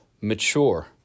mature